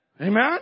Amen